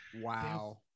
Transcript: Wow